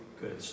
good